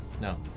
No